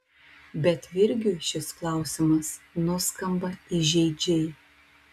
bet virgiui šis klausimas nuskamba įžeidžiai